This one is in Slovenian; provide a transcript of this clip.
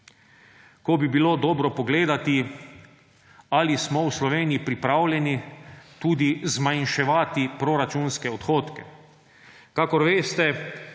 ko bi bilo dobro pogledati, ali smo v Sloveniji pripravljeni tudi zmanjševati proračunske odhodke.